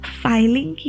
filing